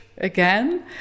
Again